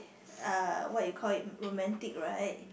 uh what you call it romantic right